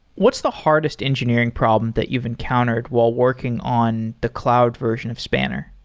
what's the hardest engineering problems that you've encountered while working on the cloud version of spanner?